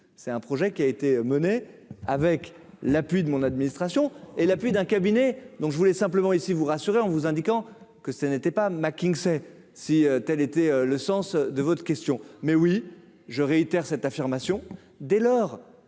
c'est un projet qui a été menée avec l'appui de mon administration et la plus d'un cabinet, donc je voulais simplement ici vous rassurer en vous indiquant que ce n'était pas McKinsey, si telle était le sens de votre question mais oui je réitère cette affirmation dès lors